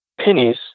pennies